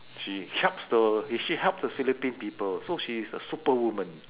she helps the she help the philippine people so she is a superwoman